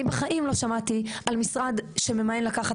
אני בחיים לא שמעתי על משרד שממאן לקחת